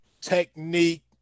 technique